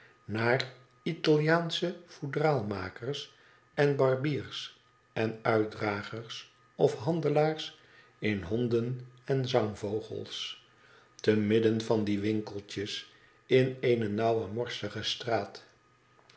naar italiaansche fou kaalmakers en barbien en uitdragers of handelaars in honden en zangvogels te midden van die winkeltjes in eene nauwe morsige straat